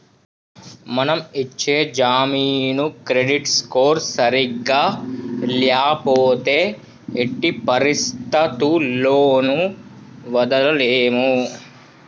మనం ఇచ్చే జామీను క్రెడిట్ స్కోర్ సరిగ్గా ల్యాపోతే ఎట్టి పరిస్థతుల్లోను వదలలేము